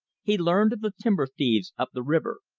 he learned of the timber-thieves up the river,